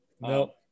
no